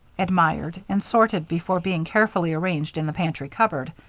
admired, and sorted before being carefully arranged in the pantry cupboard,